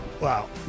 Wow